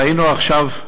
ראינו עכשיו,